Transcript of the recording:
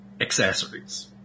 accessories